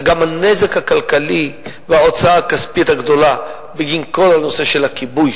וגם הנזק הכלכלי וההוצאה הכספית הגדולה בגין כל הנושא של הכיבוי.